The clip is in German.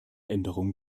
änderung